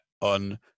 on